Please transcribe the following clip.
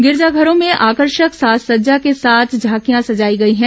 गिरिजाघरों में आकर्षक साज सज्जा के साथ झांकियां सजाई गई हैं